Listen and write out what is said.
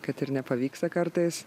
kad ir nepavyksta kartais